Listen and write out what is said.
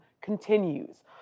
continues